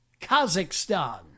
Kazakhstan